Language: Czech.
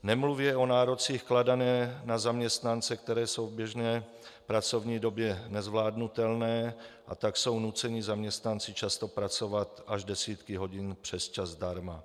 Nemluvě o nárocích kladených na zaměstnance, které jsou v běžné pracovní době nezvládnutelné, a tak jsou zaměstnanci nuceni často pracovat až desítky hodin přesčas zdarma.